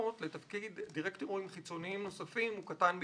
להתמנות לתפקיד דירקטורים חיצוניים נוספים הוא קטן ביותר.